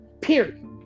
Period